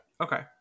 Okay